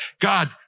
God